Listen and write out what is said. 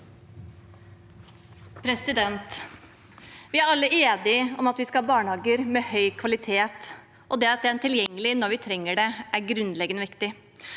Vi er alle enige om at vi skal ha barnehager med høy kvalitet, og det at det er tilgjengelig når vi trenger det, er grunnleggende viktig.